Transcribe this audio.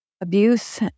abuse